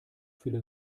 viele